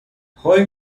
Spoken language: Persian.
هوی